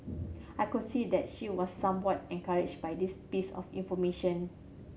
I could see that she was somewhat encouraged by this piece of information